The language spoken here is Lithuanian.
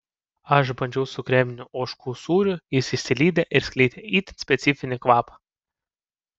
aš bandžiau su kreminiu ožkų sūriu jis išsilydė ir skleidė itin specifinį kvapą